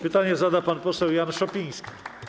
Pytanie zada pan poseł Jan Szopiński.